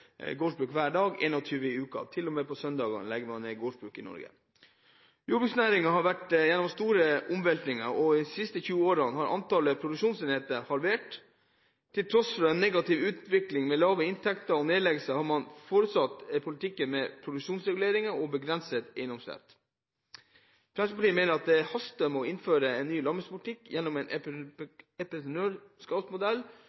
gårdsbruk hver dag, 21 gårdsbruk i uken – til og med på søndager legges det ned gårdsbruk i Norge. Jordbruksnæringen har vært gjennom store omveltninger, og de siste 20 årene er antallet produksjonsenheter halvert. Til tross for en negativ utvikling med lave inntekter og nedleggelser har man fortsatt politikken med produksjonsreguleringer og begrenset eiendomsrett. Fremskrittspartiet mener det haster med å innføre en ny landbrukspolitikk gjennom en